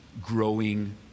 growing